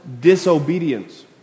disobedience